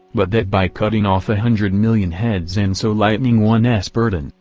but that by cutting off a hundred million heads and so lightening one s burden,